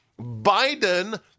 biden